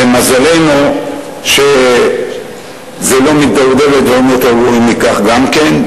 ומזלנו שזה לא מידרדר לדברים יותר גרועים מכך גם כן,